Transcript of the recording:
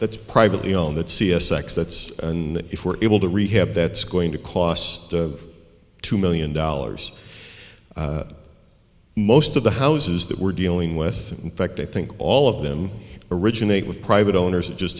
that's privately owned that c s exits and that if we're able to rehab that's going to cost of two million dollars most of the houses that we're dealing with in fact i think all of them originate with private owners and just